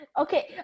Okay